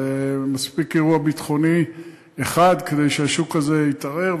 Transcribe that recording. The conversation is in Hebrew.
מספיק אירוע ביטחוני אחד כדי שהשוק הזה יתערער,